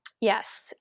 Yes